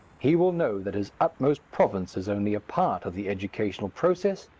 he will know that his utmost province is only a part of the educational process,